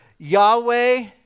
Yahweh